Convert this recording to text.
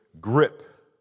grip